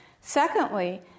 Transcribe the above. Secondly